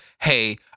Hey